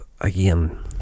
again